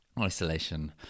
isolation